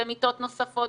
במיטות נוספות,